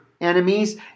enemies